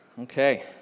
Okay